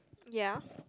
ya